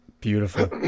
Beautiful